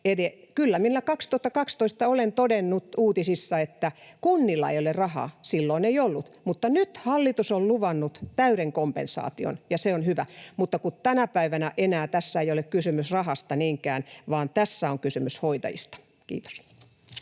Eli kyllä minä 2012 olen todennut uutisissa, että kunnilla ei ole rahaa — silloin ei ollut. Mutta nyt hallitus on luvannut täyden kompensaation, ja se on hyvä. Mutta kun tänä päivänä tässä ei enää ole kysymys rahasta niinkään, vaan tässä on kysymys hoitajista. — Kiitos.